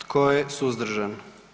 Tko je suzdržan?